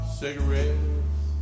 cigarettes